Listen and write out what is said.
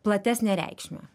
platesnę reikšmę